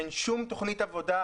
אין שום תוכנית עבודה,